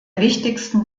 wichtigsten